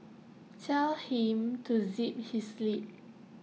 tell him to zip his lip